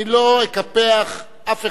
אני לא אקפח אף אחד,